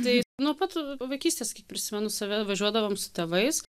tai nuo pat vaikystės kiek prisimenu save važiuodavom su tėvais